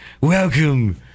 Welcome